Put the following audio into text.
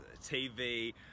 TV